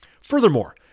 Furthermore